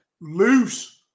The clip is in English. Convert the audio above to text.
loose